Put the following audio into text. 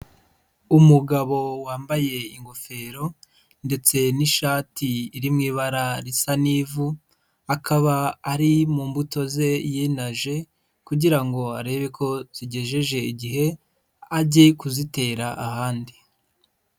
Umugabo wambaye ingofero, ndetse n'ishati iri mu ibara risa n'ivu, akaba ari mu mbuto ze yinaje, kugira ngo arebe ko zigejeje igihe ajye kuzitera ahandi.